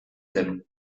zen